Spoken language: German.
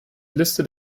liste